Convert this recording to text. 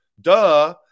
duh